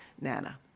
Nana